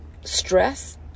stress